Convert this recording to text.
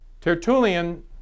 Tertullian